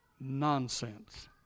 nonsense